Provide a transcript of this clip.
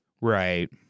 Right